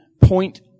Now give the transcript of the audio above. point